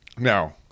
Now